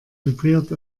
vibriert